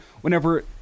whenever